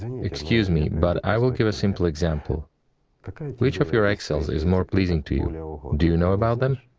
excuse me, but i will give a simple example which of your egg cells is more pleasing to you, know do you know about them?